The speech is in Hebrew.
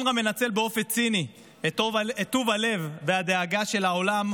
אונר"א מנצל באופן ציני את טוב הלב והדאגה של העולם,